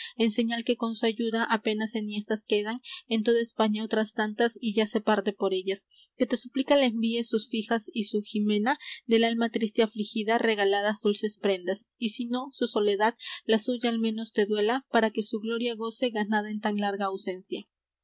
señal que con su ayuda apenas enhiestas quedan en toda españa otras tantas y ya se parte por ellas que te suplica le envíes sus fijas y su jimena del alma triste afligida regaladas dulces prendas y si nó su soledad la suya al menos te duela para que su gloria goce ganada en tan larga ausencia